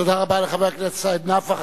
תודה רבה לחבר הכנסת סעיד נפאע.